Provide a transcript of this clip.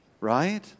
Right